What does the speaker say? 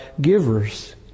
givers